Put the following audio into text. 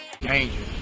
Danger